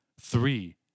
Three